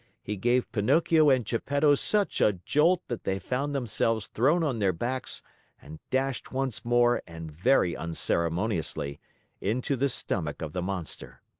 he gave pinocchio and geppetto such a jolt that they found themselves thrown on their backs and dashed once more and very unceremoniously into the stomach of the monster.